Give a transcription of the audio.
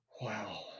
Wow